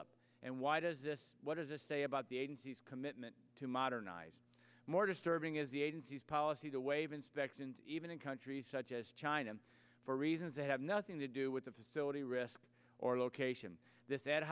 holdup and why does this what does this say about the agency's commitment to modernize more disturbing is the agency's policy to waive inspections even in countries such as china for reasons that have nothing to do with the facility risk or location this